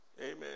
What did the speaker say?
Amen